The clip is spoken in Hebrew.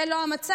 זה לא המצב.